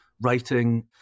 writing